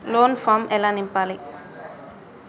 Loan form ఎలా నింపాలి?